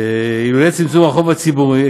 אילולא צמצום החוב הציבורי,